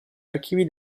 archivi